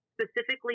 specifically